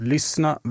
Lyssna